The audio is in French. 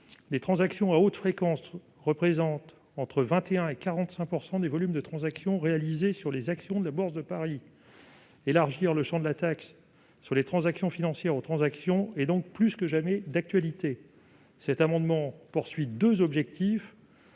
Les transactions à haute fréquence représentent entre 21 % et 45 % des volumes de transactions réalisées sur les actions de la Bourse de Paris. Élargir le champ de la taxe sur les transactions financières à ces transactions est donc plus que jamais d'actualité. L'amendement a deux objectifs